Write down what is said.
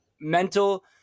mental